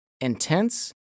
intense